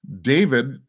David